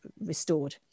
restored